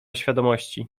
świadomości